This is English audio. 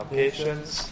patience